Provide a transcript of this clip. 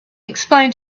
explain